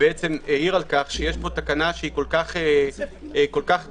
והעיר שיש פה תקנה כל כך דרמטית.